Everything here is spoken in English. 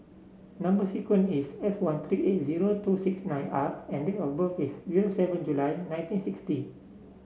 number sequence is S one three eight zero two six nine R and date of birth is zero seven July nineteen sixty